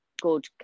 good